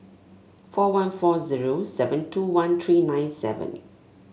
four one four zero seven two one three nine seven